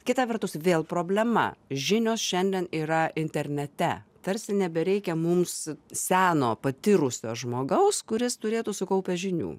kita vertus vėl problema žinios šiandien yra internete tarsi nebereikia mums seno patyrusio žmogaus kuris turėtų sukaupęs žinių